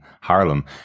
Harlem